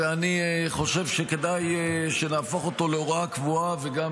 ואני חושב שכדאי שנהפוך אותו להוראה קבועה וגם